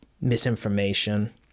misinformation